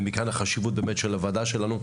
ומכאן החשיבות של הוועדה שלנו.